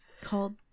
called